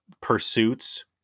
pursuits